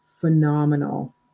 phenomenal